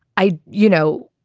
i you know,